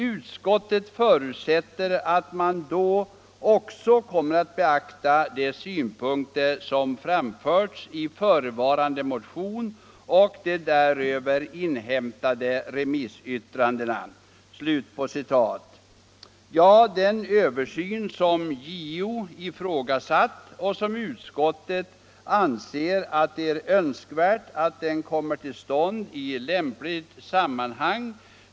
Utskottet förutsätter att man då också kommer att beakta de synpunkter som framförts i förevarande motion och de däröver inhämtade remissyttrandena.” Också jag hoppas verkligen att det nu blir en sådan översyn som JO ifrågasatt och om vilken utskottet skriver att det är önskvärt att den kommer till stånd i lämpligt sammanhang.